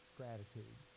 gratitude